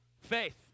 Faith